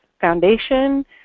foundation